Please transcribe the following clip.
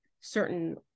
certain